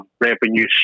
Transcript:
revenue